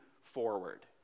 forward